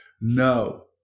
No